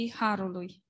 harului